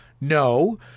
No